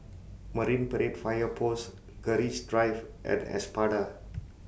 Marine Parade Fire Post Keris Drive and Espada